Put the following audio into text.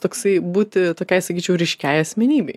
toksai būti tokiai sakyčiau ryškiai asmenybei